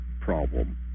problem